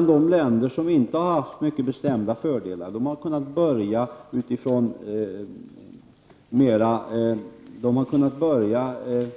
De länder som inte har haft mycket bestämda fördelar har kunnat börja